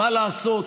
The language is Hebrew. מה לעשות,